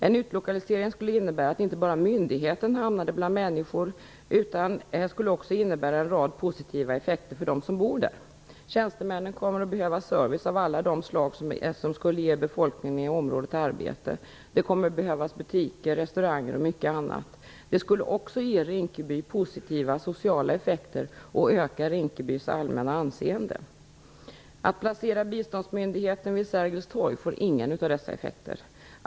En utlokalisering skulle innebära att inte bara myndigheten hamnade bland människor utan det skulle också innebära en rad positiva effekter för dem som bor där. Tjänstemännen kommer att behöva service av alla de slag, vilket skulle ge befolkningen i området arbete. Det kommer att behövas butiker, restauranger och mycket annat. Det skulle också ge Rinkeby positiva sociala effekter och öka Rinkebys allmänna anseende. Att placera biståndsmyndigheten vid Sergels torg får ingen av dessa effekter.